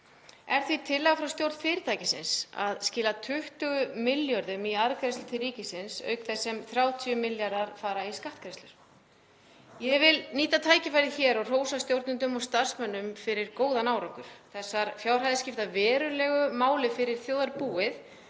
Er því tillaga frá stjórn fyrirtækisins að skila 20 milljörðum í arðgreiðslur til ríkisins auk þess sem 30 milljarðar fara í skattgreiðslur. Ég vil nýta tækifærið hér og hrósa stjórnendum og starfsmönnum fyrir góðan árangur. Þessar fjárhæðir skipta verulegu máli fyrir þjóðarbúið,